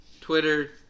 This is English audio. Twitter